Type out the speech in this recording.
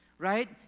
right